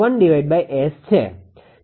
01𝑆 છે